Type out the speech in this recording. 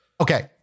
Okay